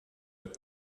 upp